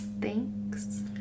Thanks